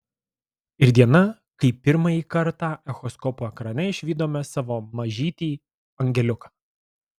ir diena kai pirmąjį kartą echoskopo ekrane išvydome savo mažytį angeliuką